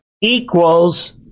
equals